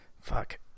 Fuck